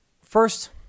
First